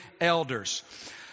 elders